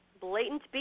blatant